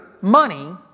money